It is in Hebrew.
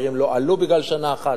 המחירים לא עלו בגלל שנה אחת,